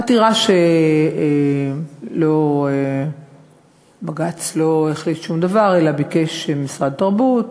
עתירה שבג"ץ לא החליט בה שום דבר אלא ביקש ממשרד התרבות